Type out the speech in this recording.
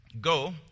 Go